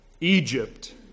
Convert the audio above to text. Egypt